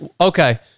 okay